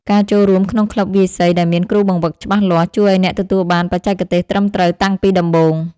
ការចូលរួមក្នុងក្លឹបវាយសីដែលមានគ្រូបង្វឹកច្បាស់លាស់ ជួយឱ្យអ្នកទទួលបានបច្ចេកទេសត្រឹមត្រូវតាំងពីដំបូង។